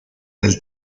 del